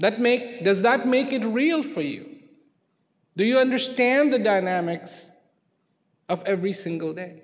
let make does that make it real for you do you understand the dynamics of every single day